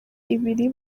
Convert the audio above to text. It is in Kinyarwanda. ibiri